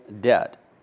debt